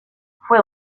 fue